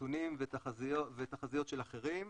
נתונים ותחזיות של אחרים,